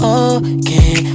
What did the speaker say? okay